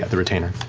yeah the retainer.